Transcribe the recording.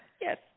Yes